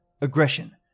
aggression